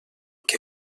que